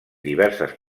diverses